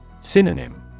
Synonym